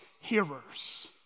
hearers